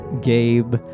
Gabe